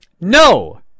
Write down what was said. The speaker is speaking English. no